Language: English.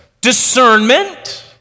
discernment